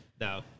No